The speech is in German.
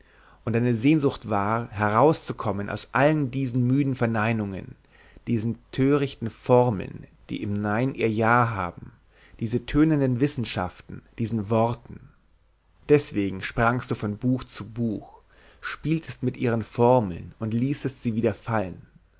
und deine sehnsucht war herauszukommen aus allen diesen müden verneinungen diesen törichten formeln die im nein ihr ja haben diesen tönenden wissenschaften diesen worten deswegen sprangst du von buch zu buch spieltest mit ihren formeln und ließest sie wieder fallen